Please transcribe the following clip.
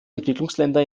entwicklungsländer